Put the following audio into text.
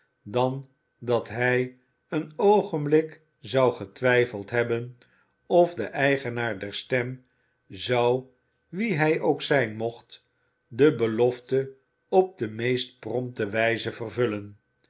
dan dat hij een oogenblik zou getwijfeld hebben of de eigenaar der stem zou wie hij ook zijn mocht de belofte op de meest prompte wijze vervullen